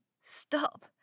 stop